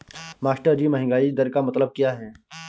मास्टरजी महंगाई दर का मतलब क्या है?